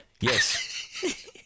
Yes